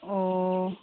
अ'